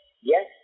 Yes